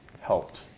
helped